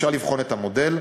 אפשר לבחון את המודל.